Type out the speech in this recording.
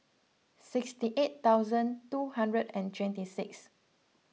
sixty eight thousand two hundred and twenty six